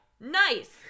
Nice